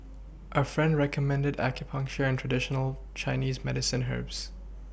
a friend recommended acupuncture and traditional Chinese medicine herbs